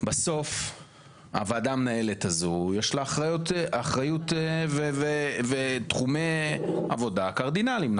בסוף הוועדה המנהלת הזו יש לה אחריות ותחומי עבודה קרדינליים,